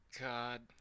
God